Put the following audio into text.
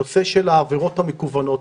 הנושא של העבירות המקוונות,